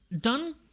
done